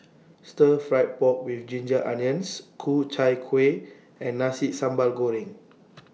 Stir Fry Pork with Ginger Onions Ku Chai Kueh and Nasi Sambal Goreng